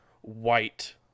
white